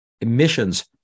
emissions